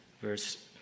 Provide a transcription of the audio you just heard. verse